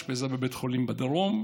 אושפזה בבית חולים בדרום,